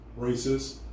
racists